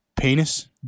Penis